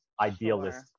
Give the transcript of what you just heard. idealist